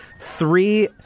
three